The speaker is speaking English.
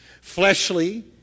fleshly